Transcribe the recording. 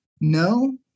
No